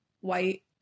white